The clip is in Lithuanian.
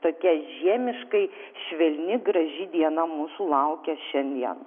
tokia žiemiškai švelni graži diena mūsų laukia šiandien